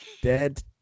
dead